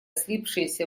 слипшиеся